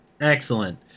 Excellent